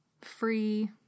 free